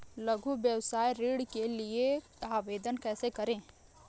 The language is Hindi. लघु व्यवसाय ऋण के लिए आवेदन कैसे करें?